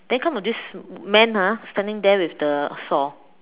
then come to this man ah standing there with the saw